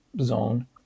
zone